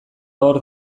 hor